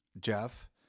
Jeff